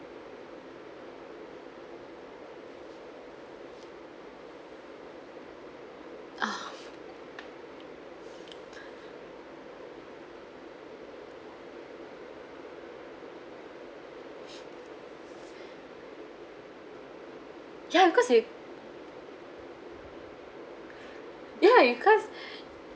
ugh ya because you ya because